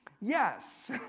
Yes